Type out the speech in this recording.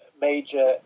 major